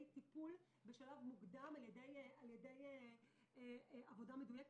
טיפול בשלב מוקדם ועל ידי עבודה מדויקת.